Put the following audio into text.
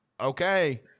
Okay